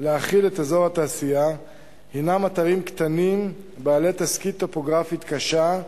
להכיל את אזור התעשייה הינם אתרים קטנים בעלי תכסית טופוגרפית קשה,